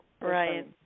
Right